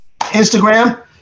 Instagram